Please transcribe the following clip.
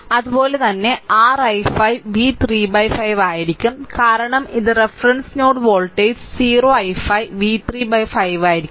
അതുപോലെ r i5 v 35 ആയിരിക്കും കാരണം ഇത് reference node voltage 0 i5 v 35 ആയിരിക്കും